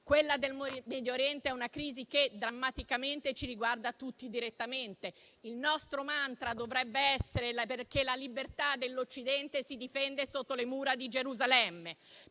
Quella del Medio Oriente è una crisi che drammaticamente ci riguarda tutti direttamente. Il nostro mantra dovrebbe essere che la libertà dell'Occidente si difende sotto le mura di Gerusalemme,